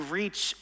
reach